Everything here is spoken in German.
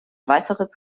weißeritz